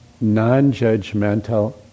non-judgmental